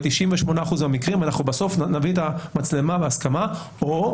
ב-98% מהמקרים אנחנו בסוף נביא את המצלמה בהסכמה או,